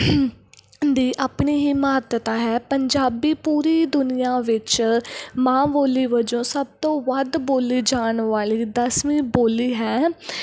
ਦੀ ਆਪਣੀ ਹੀ ਮਹੱਤਤਾ ਹੈ ਪੰਜਾਬੀ ਪੂਰੀ ਦੁਨੀਆ ਵਿੱਚ ਮਾਂ ਬੋਲੀ ਵਜੋਂ ਸਭ ਤੋਂ ਵੱਧ ਬੋਲੀ ਜਾਣ ਵਾਲੀ ਦਸਵੀਂ ਬੋਲੀ ਹੈ